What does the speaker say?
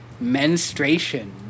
menstruation